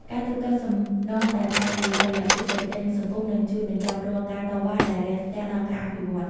ការទូទាត់សំណងដែលផ្អែកលើតុល្យភាពសេដ្ឋកិច្ច និងសង្គម នឹងជួយបញ្ចប់រាល់ការតវ៉ាដែលរាំងស្ទះដល់ការអភិវឌ្ឍ។